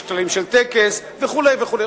יש כללים של טקס וכו' וכו'.